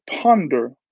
ponder